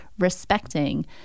Respecting